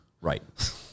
Right